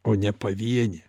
o ne pavienė